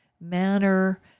manner